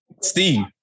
Steve